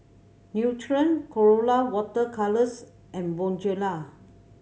Nutren Colora Water Colours and Bonjela